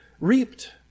reaped